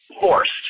forced